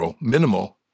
minimal